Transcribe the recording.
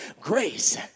Grace